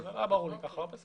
זה בא לפני.